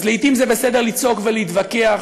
אז לעתים זה בסדר לצעוק ולהתווכח,